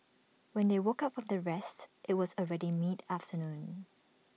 when they woke up from their rest IT was already mid afternoon